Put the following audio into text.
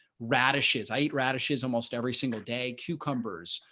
radishes, i eat radishes almost every single day cucumbers.